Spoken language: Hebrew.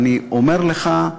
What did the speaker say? ואני אומר לך,